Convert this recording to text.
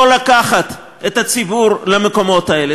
לא לקחת את הציבור למקומות האלה.